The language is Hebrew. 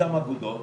מאותן אגודות